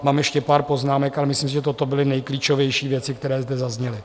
Mám ještě pár poznámek, ale myslím si, že toto byly nejklíčovější věci, které zde zazněly.